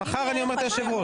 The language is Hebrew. מחר אני אומר את היושב-ראש.